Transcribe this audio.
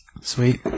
Sweet